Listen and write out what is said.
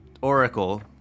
oracle